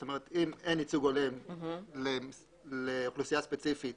זאת אומרת אם אין ייצוג הולם לאוכלוסייה ספציפית